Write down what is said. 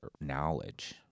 knowledge